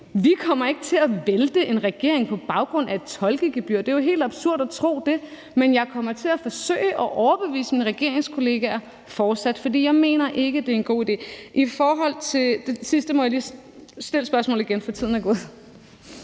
Vi kommer ikke til at vælte en regering på baggrund af et tolkegebyr. Det er jo helt absurd at tro det. Men jeg kommer til at forsøge at overbevise mine regeringskolleger fortsat, for jeg mener ikke, at det er god idé. I forhold til det sidste må jeg bede spørgeren om at stille spørgsmålet igen, for tiden er gået.